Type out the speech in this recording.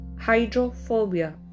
Hydrophobia